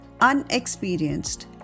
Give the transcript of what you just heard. unexperienced